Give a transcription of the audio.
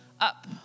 Up